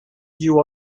you